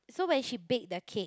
so when she bake the cake